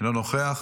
אינו נוכח,